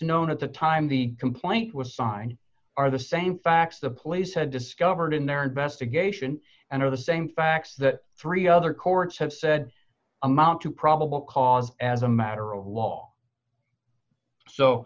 known at the time the complaint was signed are the same facts the police had discovered in their investigation and are the same facts that three other courts have said amount to probable cause as a matter of law so